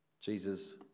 Jesus